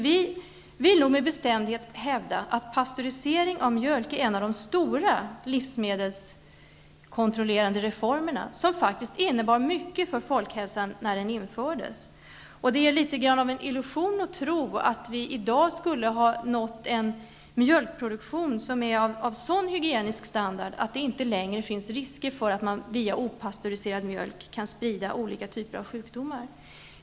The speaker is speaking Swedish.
Vi vill med bestämdhet hävda att pastörisering av mjölk är en av de stora livsmedelskontrollerande reformerna. Den innebar faktiskt mycket för folkhälsan när den infördes. Det är något av en illusion att tro att vi i dag skulle ha nått en mjölkproduktion av så hög hygienisk standard att det inte längre finns risk för att man via opastöriserad mjölk kan sprida olika typer av sjukdomar.